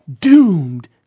doomed